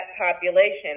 population